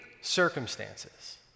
circumstances